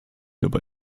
dabei